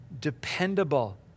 dependable